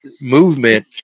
movement